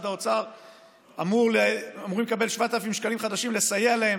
האוצר אמורים לקבל 7,000 שקלים חדשים לסייע להם